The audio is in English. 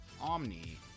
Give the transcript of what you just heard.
Omni